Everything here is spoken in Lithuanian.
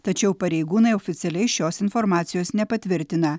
tačiau pareigūnai oficialiai šios informacijos nepatvirtina